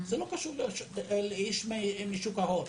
זה לא פשוט לאיש משוק ההון.